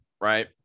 right